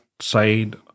side